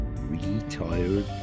retired